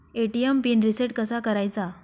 ATM pin reset कसा करायचा?